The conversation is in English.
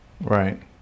Right